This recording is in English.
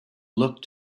look